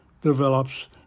develops